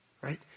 right